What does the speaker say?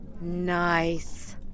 Nice